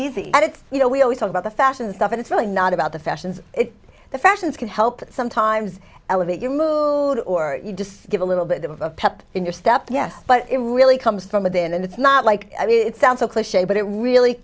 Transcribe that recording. easy and it's you know we always talk about the fashion stuff and it's really not about the fashions it's the fashions can help sometimes elevate your mood or just give a little bit of a pep in your step yes but it really comes from within and it's not like i mean it sounds so clich but it really